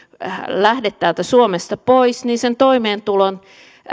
lähde täältä suomesta pois toimeentulon